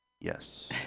Yes